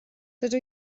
dydw